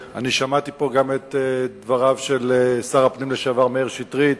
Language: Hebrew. שמעתי פה גם את דבריו של שר הפנים לשעבר מאיר שטרית.